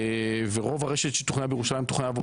ורוב הרשת שתוכננה בירושלים תוכננה עבור